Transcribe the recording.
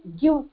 give